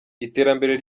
iterambere